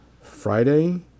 Friday